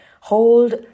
hold